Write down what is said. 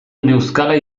neuzkala